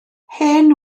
hen